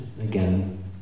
again